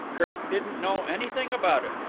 kirk didn't know anything about it.